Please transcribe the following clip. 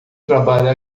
trabalha